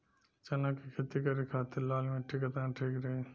चना के खेती करे के खातिर लाल मिट्टी केतना ठीक रही?